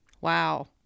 Wow